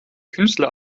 künstler